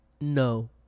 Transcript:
No